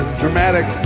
dramatic